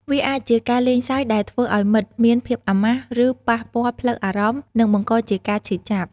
វាអាចជាការលេងសើចដែលធ្វើឱ្យមិត្តមានភាពអាម៉ាស់ ឬប៉ះពាល់ផ្លូវអារម្មណ៍ និងបង្កជាការឈឺចាប់។